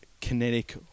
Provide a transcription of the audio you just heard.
kinetic